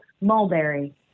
mulberry